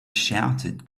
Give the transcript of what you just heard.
shouted